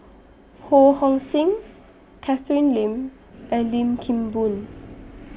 Ho Hong Sing Catherine Lim and Lim Kim Boon